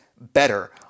better